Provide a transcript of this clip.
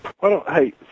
Hey